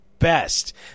best